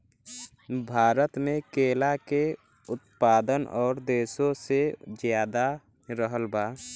भारत मे केला के उत्पादन और देशो से ज्यादा रहल बा